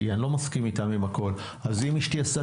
כי איני מסכים איתם בכול - אם אשתי עשתה